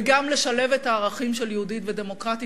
וגם לשלב את הערכים של יהודית ודמוקרטית.